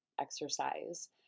exercise